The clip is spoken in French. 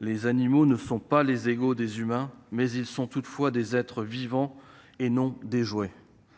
Les animaux ne sont pas les égaux des humains, mais ils sont des êtres vivants, et non des jouets.